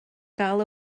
gael